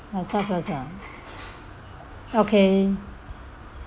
I start first ah okay